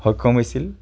সক্ষম হৈছিল